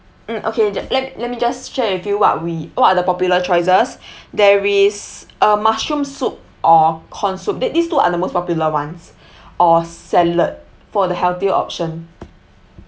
mm okay ju~ let let me just share with you what we what are the popular choices there is uh mushroom soup or corn soup that these two are the most popular ones or salad for the healthier option